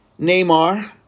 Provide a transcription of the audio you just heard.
Neymar